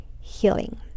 healing